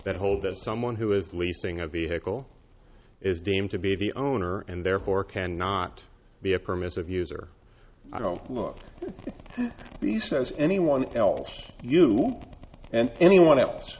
that hold that someone who is leasing a vehicle is deemed to be the owner and therefore cannot be a permissive user b says anyone else you and anyone else